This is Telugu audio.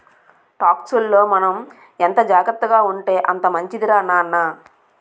టాక్సుల్లో మనం ఎంత జాగ్రత్తగా ఉంటే అంత మంచిదిరా నాన్న